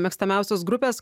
mėgstamiausios grupės